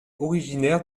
originaire